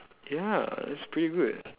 ya it's pretty good